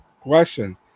question